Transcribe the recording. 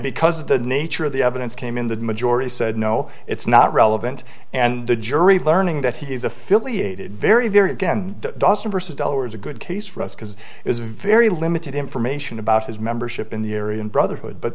because of the nature of the evidence came in the majority said no it's not relevant and the jury learning that he's affiliated very very again doesn't vs dollar is a good case for us because it's very limited information about his membership in the area and brotherhood but